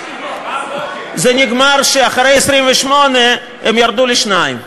זה נגמר שאחרי 28 הם ירדו לשניים.